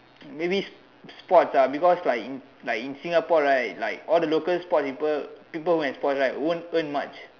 maybe sports ah because like in like in Singapore right like all the local sports people people who have sports right won't earn much